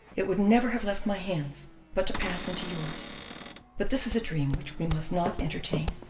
it would never have left my hands but to pass into yours but this is a dream, which we must not entertain,